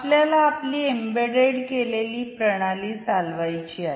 आपल्याला आपली एम्बेडेड केलेली प्रणाली चालवायची आहे